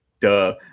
Duh